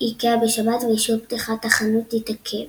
איקאה בשבת ואישור פתיחת החנות התעכב.